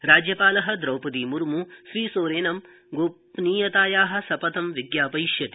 राज्यपाल द्रौपदी मुर्म श्रीसोरेनं गोपनीयताया शपथं विज्ञापयिष्यति